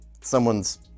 someone's